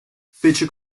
fece